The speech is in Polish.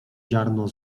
ziarno